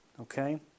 Okay